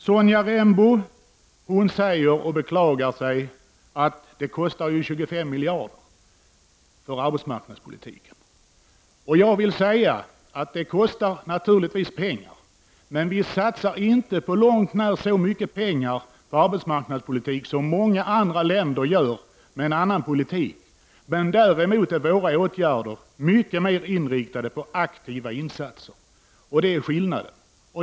Sonja Rembo beklagar sig över att arbetsmarknadspolitiken kostar 25 miljarder kronor. Det kostar naturligtvis pengar, men vi satsar inte på långt när så mycket pengar på arbetsmarknadspolitiken som många andra länder gör genom att bedriva en annan politik. Däremot är våra åtgärder mycket mera inriktade på aktiva insater. Däri ligger skillnaden.